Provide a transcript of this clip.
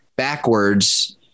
backwards